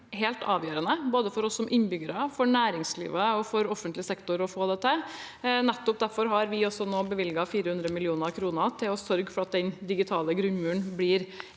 helt avgjørende både for oss som innbyggere, for næringslivet og for offentlig sektor. Nettopp derfor har vi nå bevilget 400 mill. kr til å sørge for at den digitale grunnmuren blir